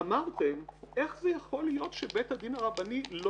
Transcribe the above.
אמרתן איך זה יכול להיות שבית הדין הרבני לא